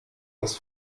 das